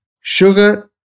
sugar